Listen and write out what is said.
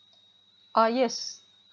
ah yes